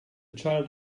child